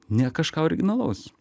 ne kažką originalaus